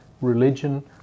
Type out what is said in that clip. religion